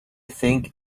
think